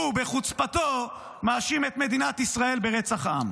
הוא בחוצפתו מאשים את מדינת ישראל ברצח עם.